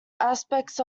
aspects